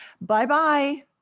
Bye-bye